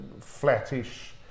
flattish